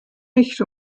nicht